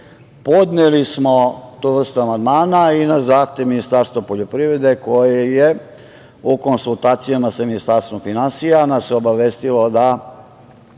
Podneli smo tu vrstu amandmana i na zahtev Ministarstva poljoprivrede, koje je u konsultacijama sa Ministarstvom finansija, nas je obavestilo da